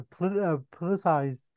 politicized